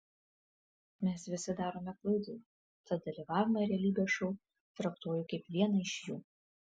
mes visi darome klaidų tad dalyvavimą realybės šou traktuoju kaip vieną iš jų